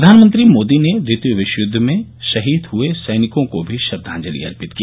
प्रधानमंत्री मोदी ने ट्वितीय विश्वयुद्ध में शहीद हुए सैनिकों को भी श्रद्वांजलि अर्पित की